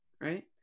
Right